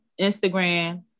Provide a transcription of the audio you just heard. Instagram